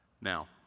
Now